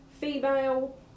female